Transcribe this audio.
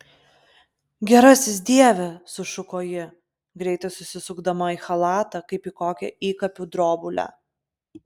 gerasis dieve sušuko ji greitai susisukdama į chalatą kaip į kokią įkapių drobulę